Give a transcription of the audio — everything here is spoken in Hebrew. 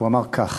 והוא אמר כך: